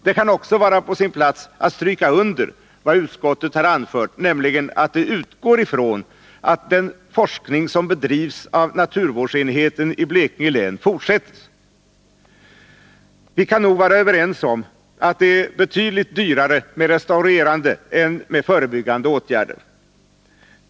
Det kan också vara på sin plats att stryka under vad utskottet har anfört, nämligen att det utgår från att den forskning som bedrivs av naturvårdsenheten i Blekinge län fortsätter. Vi kan nog vara överens om att det är betydligt dyrare med restaurerande än med förebyggande åtgärder.